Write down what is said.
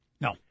No